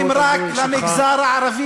עשר דקות עמדו לרשותך.